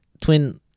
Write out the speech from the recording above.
Twin